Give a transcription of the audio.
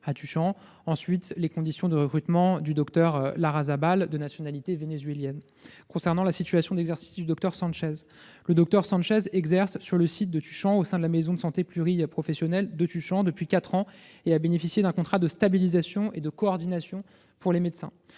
part, sur les conditions de recrutement du docteur Larrazabal, de nationalité vénézuélienne. Concernant la situation d'exercice du docteur Sanchez, celle-ci exerce au sein de la maison de santé pluriprofessionnelle de Tuchan depuis quatre ans et a bénéficié d'un contrat de stabilisation et de coordination pour les médecins.